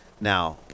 now